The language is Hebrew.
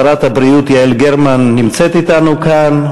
שרת הבריאות יעל גרמן נמצאת אתנו כאן,